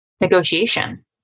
Negotiation